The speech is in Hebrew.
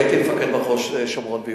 הייתי מפקד מחוז יהודה ושומרון.